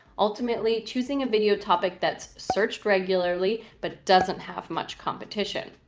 ultimately choosing a video topic that's searched regularly but doesn't have much competition.